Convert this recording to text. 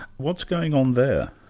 what's going on there?